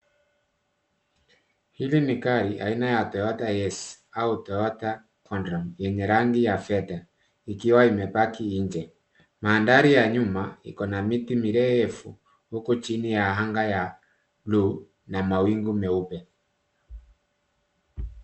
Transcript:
Hili ni gari aina ya Toyota Hiace au Toyota Condra yenye rangi ya fedha, ikiwa imepaki nje. Mandhari ya nyuma ikona miti mirefu, huku chini ya anga ya buluu na mawingu meupe.